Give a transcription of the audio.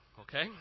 okay